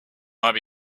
might